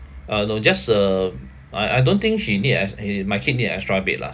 uh no just uh I I don't think she need ex~ an my kid need an extra bed lah